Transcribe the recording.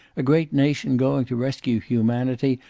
a great nation going to rescue humanity,